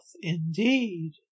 indeed